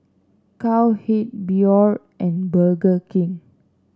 Cowhead Biore and Burger King